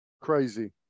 Crazy